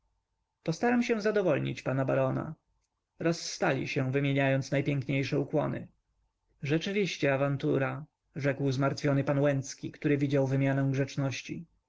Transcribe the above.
postaram się zadowolnić pana barona rozstali się wymieniając najpiękniejsze ukłony rzeczywiście awantura rzekł zmartwiony pan łęcki który widział wymianę grzeczności